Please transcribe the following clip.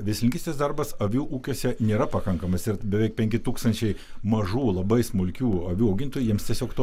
veislininkystės darbas avių ūkiuose nėra pakankamas ir beveik penki tūkstančiai mažų labai smulkių avių augintojai jiems tiesiog to